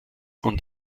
und